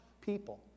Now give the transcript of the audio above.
people